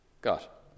got